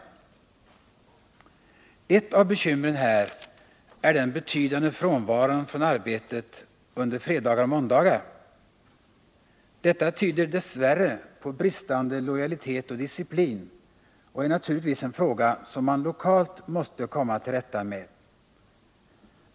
67 Ett av bekymren här är den betydande frånvaron från arbetet under fredagar och måndagar. Detta tyder dess värre på bristande lojalitet och disciplin, och det är naturligtvis en fråga som man lokalt måste komma till rätta med.